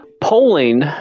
Polling